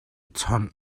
chawnh